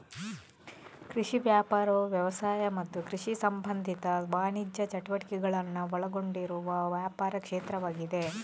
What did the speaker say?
ಕೃಷಿ ವ್ಯಾಪಾರವು ವ್ಯವಸಾಯ ಮತ್ತು ಕೃಷಿ ಸಂಬಂಧಿತ ವಾಣಿಜ್ಯ ಚಟುವಟಿಕೆಗಳನ್ನ ಒಳಗೊಂಡಿರುವ ವ್ಯಾಪಾರ ಕ್ಷೇತ್ರವಾಗಿದೆ